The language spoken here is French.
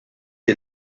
est